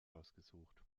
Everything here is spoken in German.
ausgesucht